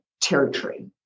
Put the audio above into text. territory